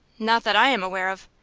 not that i am aware of.